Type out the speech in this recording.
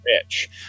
rich